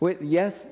Yes